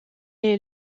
est